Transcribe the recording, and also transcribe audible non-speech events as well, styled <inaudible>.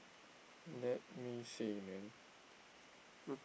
let me see man <noise>